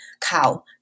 cow